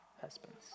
husbands